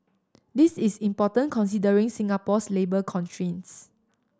this is important considering Singapore's labour constraints